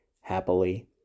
happily